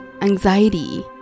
anxiety